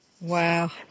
Wow